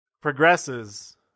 progresses